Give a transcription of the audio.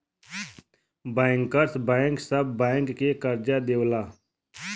bankers bank सब bank के करजा देवला